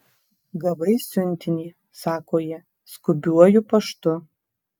gavai siuntinį sako ji skubiuoju paštu